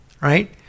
Right